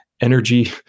energy